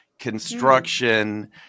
construction